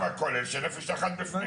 התקציב הכולל של "נפש אחת" בפנים.